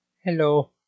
Hello